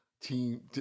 team